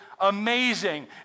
amazing